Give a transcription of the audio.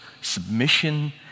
submission